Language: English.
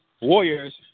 Warriors